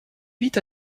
vite